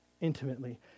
intimately